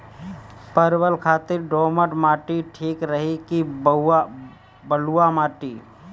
परवल खातिर दोमट माटी ठीक रही कि बलुआ माटी?